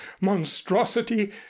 monstrosity